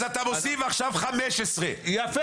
אז אתה מוסיף עכשיו 15. יפה,